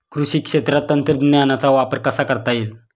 कृषी क्षेत्रात तंत्रज्ञानाचा वापर कसा करता येईल?